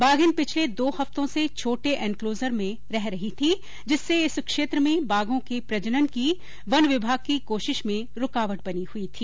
बाघिन पिछले दो हफ्तो से छोटे एन्क्लोजर में रह रही थी जिससे इस क्षेत्र में बाघों के प्रजनन की वन विभाग की कोशिश में रूकावट बनी हुई थी